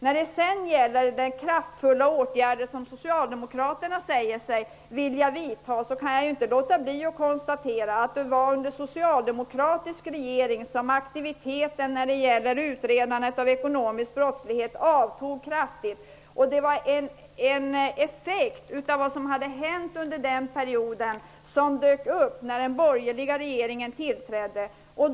När det sedan gäller de kraftfulla åtgärder som Socialdemokraterna säger sig vilja vidta, kan jag inte underlåta att konstatera att det var under en socialdemokratisk regering som aktiviteten i utredandet av ekonomisk brottslighet avtog kraftigt. Effekterna av det som hade hänt under den perioden dök upp när den borgerliga regeringen tillträdde.